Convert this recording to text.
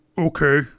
okay